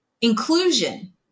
inclusion